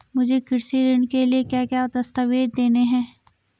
मुझे कृषि ऋण के लिए क्या क्या दस्तावेज़ देने हैं?